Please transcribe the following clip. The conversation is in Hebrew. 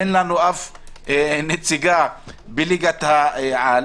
אין לנו אף נציגה בליגת העל.